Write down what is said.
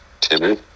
Timmy